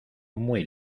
muy